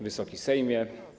Wysoki Sejmie!